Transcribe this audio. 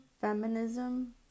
feminism